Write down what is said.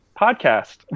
podcast